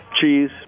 cheese